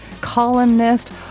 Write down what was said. columnist